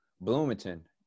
Bloomington